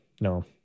No